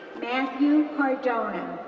matthew cardona,